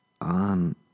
on